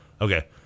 Okay